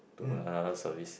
to another service